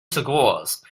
schools